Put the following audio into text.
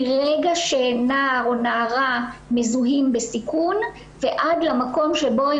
מרגע שנער או נערה מזוהים בסיכון ועד למקום שהם